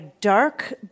dark